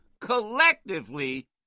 collectively